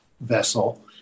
vessel